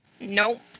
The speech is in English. Nope